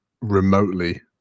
remotely